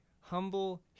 Humble